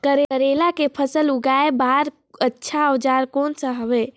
करेला के फसल उगाई बार अच्छा औजार कोन सा हवे?